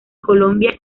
colombia